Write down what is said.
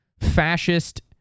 fascist